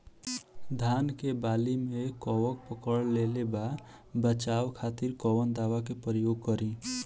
धान के वाली में कवक पकड़ लेले बा बचाव खातिर कोवन दावा के प्रयोग करी?